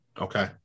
Okay